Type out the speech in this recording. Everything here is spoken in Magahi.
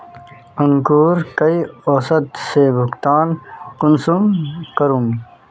अंकूर कई औसत से भुगतान कुंसम करूम?